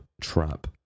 trap